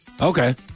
Okay